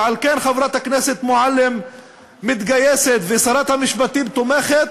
ועל כן חברת הכנסת מועלם מתגייסת ושרת המשפטים תומכת,